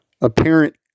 apparent